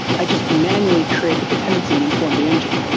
i just manually create the dependency and inform the engine,